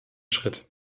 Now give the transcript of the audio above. schritt